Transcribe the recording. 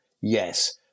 Yes